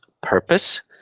purpose